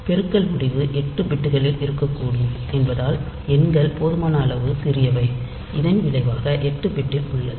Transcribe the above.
பெருக்கல் முடிவு 8 பிட்டுகளில் இருக்கக்கூடும் என்பதால் எண்கள் போதுமான அளவு சிறியவை இதன் விளைவாக 8 பிட்டில் உள்ளது